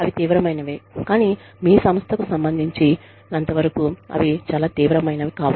అవి తీవ్రమైనవి కానీ మీ సంస్థకు సంబంధించినంతవరకు అవి చాలా తీవ్రమైనవి కావు